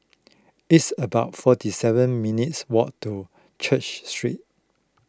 it's about forty seven minutes' walk to Church Street